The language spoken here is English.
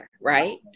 Right